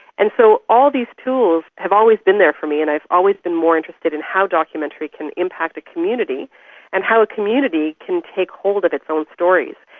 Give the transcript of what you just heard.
and so all these tools have always been there for me and i've always been more interested in how documentary can impact community and how a community can take hold of its own stories.